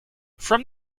from